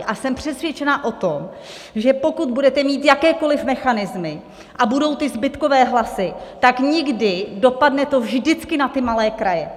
A jsem přesvědčena o tom, že pokud budete mít jakékoli mechanismy a budou ty zbytkové hlasy, tak nikdy... dopadne to vždycky na ty malé kraje.